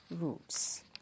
roots